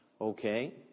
okay